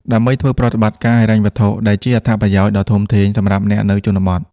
ដើម្បីធ្វើប្រតិបត្តិការហិរញ្ញវត្ថុ ដែលជាអត្ថប្រយោជន៍ដ៏ធំធេងសម្រាប់អ្នកនៅជនបទ។